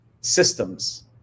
systems